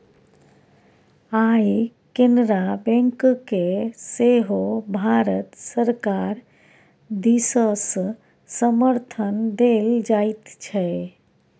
आय केनरा बैंककेँ सेहो भारत सरकार दिससँ समर्थन देल जाइत छै